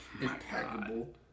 impeccable